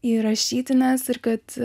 į rašytines ir kad